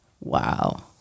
Wow